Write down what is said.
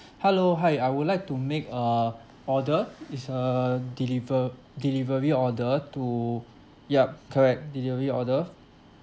hello hi I would like to make a order is a deliver delivery order to yup correct delivery order